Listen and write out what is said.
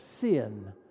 sin